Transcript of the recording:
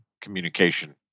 communication